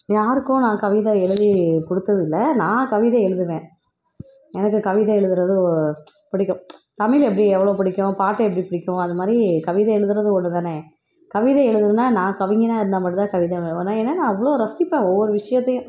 யாருக்கும் நான் கவிதை எழுதி கொடுத்தது இல்லை நான் கவிதை எழுதுவேன் எனக்கு கவிதை எழுதுகிறது ஓ பிடிக்கும் தமிழ் எப்படி எவ்வளோ பிடிக்கும் பாட்ட எப்படி பிடிக்கும் அதுமாதிரி கவிதை எழுதுகிறதும் ஒன்று தானே கவிதை எழுதுகிறதுனா நான் கவிஞனா இருந்தால் மட்டும் தான் கவிதை எழுதுவேன் ஆனால் ஏன்னா நான் அவ்வளோ ரசிப்பேன் ஒவ்வொரு விஷயத்தையும்